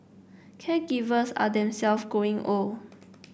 caregivers are themselve growing old